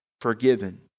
forgiven